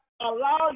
allow